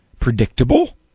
Predictable